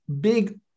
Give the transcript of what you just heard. big